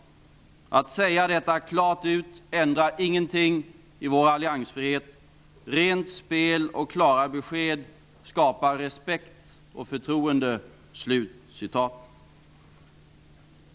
Att säga detta klart ut ändrar ingenting i vår alliansfrihet. Rent spel och klara besked skapar respekt och förtroende.''